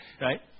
right